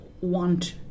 want